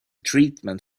treatment